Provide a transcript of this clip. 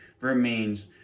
remains